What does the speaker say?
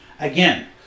Again